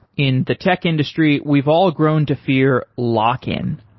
in the tech industry, we've all grown to fear lock-in.